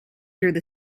through